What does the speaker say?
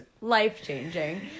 life-changing